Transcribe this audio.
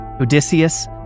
Odysseus